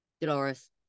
Dolores